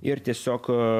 ir tiesiog